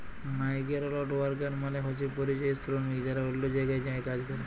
migrant worker মালে হছে পরিযায়ী শরমিক যারা অল্য জায়গায় যাঁয়ে কাজ ক্যরে